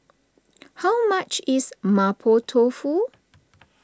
how much is Mapo Tofu